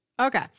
Okay